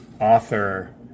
author